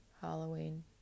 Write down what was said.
Halloween